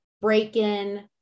break-in